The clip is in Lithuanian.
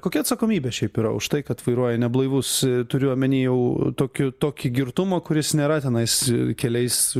kokia atsakomybė šiaip yra už tai kad vairuoji neblaivus turiu omeny jau tokiu tokį girtumą kuris nėra tenais keliais